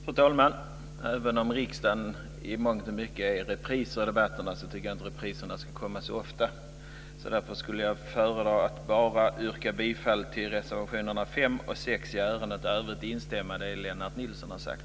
Fru talman! Även om det här i riksdagen i mångt och mycket är en repris av debatter tycker jag inte att repriserna ska komma så ofta. Därför skulle jag föredra att nöja mig med att yrka bifall till reservationerna 5 och 6. I övrigt instämmer jag i vad Lennart Nilsson har sagt.